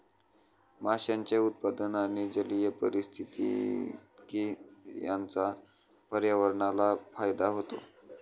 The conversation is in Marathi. माशांचे उत्पादन आणि जलीय पारिस्थितिकी यांचा पर्यावरणाला फायदा होतो